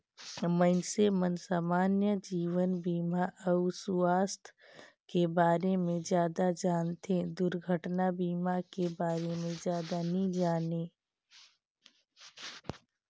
मइनसे मन समान्य जीवन बीमा अउ सुवास्थ के बारे मे जादा जानथें, दुरघटना बीमा के बारे मे जादा नी जानें